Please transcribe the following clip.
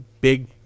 big